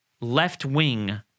left-wing